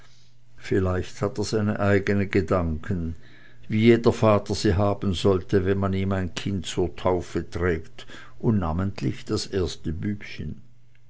vielleicht hat er seine eigenen gedanken wie jeder vater sie haben sollte wenn man ihm ein kind zur taufe trägt und namentlich das erste bübchen